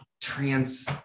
trans